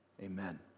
amen